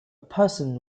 person